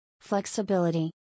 Flexibility